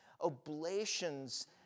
oblations